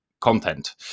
content